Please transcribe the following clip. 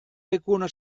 lekuona